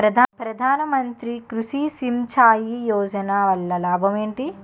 ప్రధాన మంత్రి కృషి సించాయి యోజన వల్ల లాభం ఏంటి?